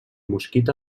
mosquit